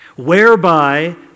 whereby